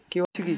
KYC কি?